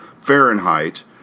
Fahrenheit